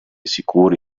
sicuri